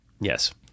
Yes